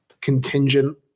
contingent